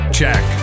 check